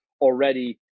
already